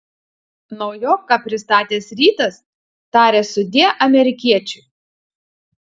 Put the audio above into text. naujoką pristatęs rytas taria sudie amerikiečiui